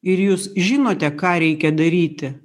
ir jūs žinote ką reikia daryti